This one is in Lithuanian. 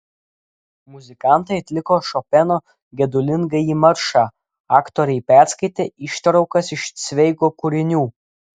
muzikantai atliko šopeno gedulingąjį maršą aktoriai perskaitė ištraukas iš cveigo kūrinių